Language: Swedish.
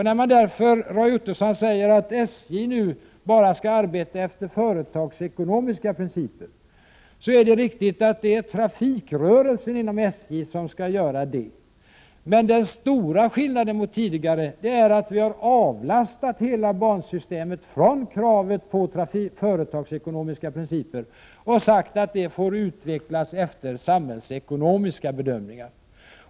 När Roy Ottosson säger att SJ nu bara skall arbeta efter företagsekonomiska principer, är det riktigt att trafikrörelsen inom SJ skall göra det. Men den stora skillnaden mot tidigare är att hela bansystemet har avlastats kraven på företagsekonomiska principer, och vi har sagt att det får utvecklas efter samhällsekonomiska bedömningar.